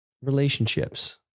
relationships